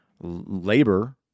labor